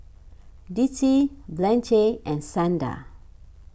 Dicie Blanche and Xander